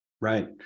Right